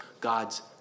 God's